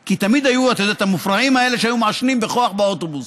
כי תמיד היו את המופרעים האלה שהיו מעשנים בכוח באוטובוס.